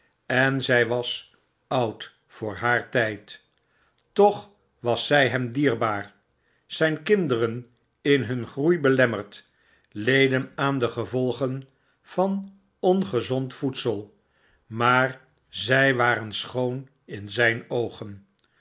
en zij was oud voor haar tyd toch was zij hem dierbaar zyn kinderen in hun groei belemmerd leden aan de gevolgen van ongezond voedsel maar zy waren schoon in zijn oogen